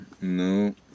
No